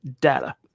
data